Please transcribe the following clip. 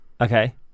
okay